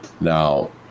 Now